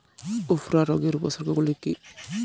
উফরা রোগের উপসর্গগুলি কি কি?